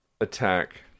attack